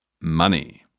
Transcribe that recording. money